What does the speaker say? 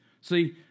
See